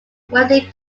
wealthy